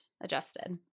adjusted